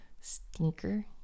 stinker